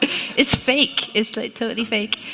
it's fake it's like totally fake